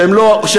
שהם לא החרדים.